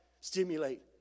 stimulate